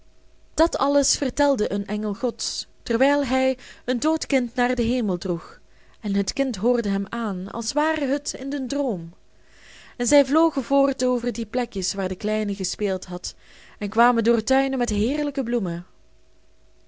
dat alles vertelde een engel gods terwijl hij een dood kind naar den hemel droeg en het kind hoorde hem aan als ware het in den droom en zij vlogen voort over die plekjes waar de kleine gespeeld had en kwamen door tuinen met heerlijke bloemen